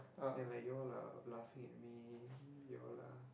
then like you all are laughing at me you all are